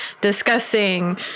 discussing